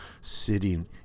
sitting